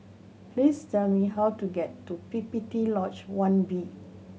please tell me how to get to P P T Lodge One B